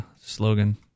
slogan